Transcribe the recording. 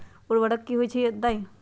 उर्वरक की होई छई बताई?